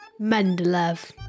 Mendeleev